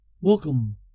Welcome